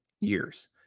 years